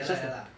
ya lah ya lah